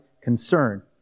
concern